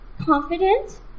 confident